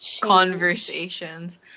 conversations